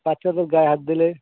বাচ্চাদের গায়ে হাত দিলে